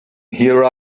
here